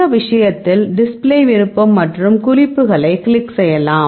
இந்த விஷயத்தில் டிஸ்ப்ளே விருப்பம் மற்றும் குறிப்புகளை கிளிக் செய்யலாம்